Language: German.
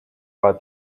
war